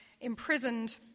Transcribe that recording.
imprisoned